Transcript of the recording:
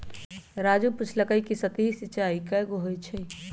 राजू पूछलकई कि सतही सिंचाई कैगो होई छई